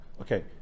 Okay